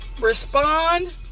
Respond